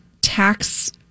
tax